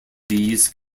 these